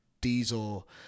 diesel